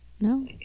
No